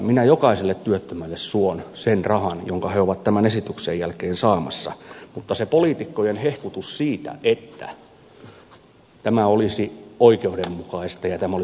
minä jokaiselle työttömälle suon sen rahan jonka he ovat tämän esityksen jälkeen saamassa mutta se poliitikkojen hehkutus siitä että tämä olisi oikeudenmukaista ja tämä olisi historiallista